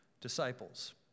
disciples